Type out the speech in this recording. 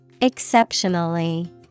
Exceptionally